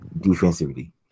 defensively